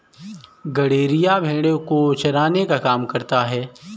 गड़ेरिया भेड़ो को चराने का काम करता है